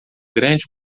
grande